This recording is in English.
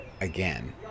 Again